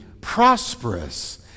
prosperous